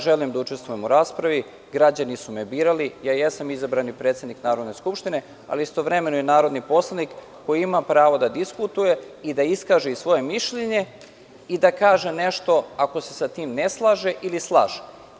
Želim da učestvujem u raspravi, građani su me birali, jesam izabrani predsednik Narodne skupštine, ali istovremeno i narodni poslanik koji ima pravo da diskutuje i da iskaže svoje mišljenje i da kaže nešto ako se sa tim ne slaže ili slaže.